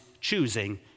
choosing